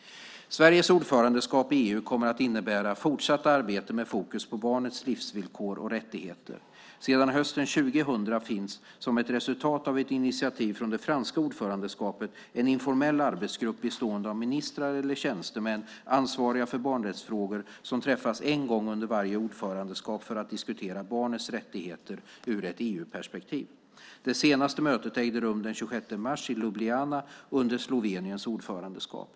Sveriges ordförandeskap i EU kommer att innebära fortsatt arbete med fokus på barnets livsvillkor och rättigheter. Sedan hösten 2000 finns, som ett resultat av ett initiativ från det franska ordförandeskapet, en informell arbetsgrupp bestående av ministrar eller tjänstemän ansvariga för barnrättsfrågor som träffas en gång under varje ordförandeskap för att diskutera barnets rättigheter ur ett EU-perspektiv. Det senaste mötet ägde rum den 26 mars i Ljubljana under Sloveniens ordförandeskap.